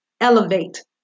Elevate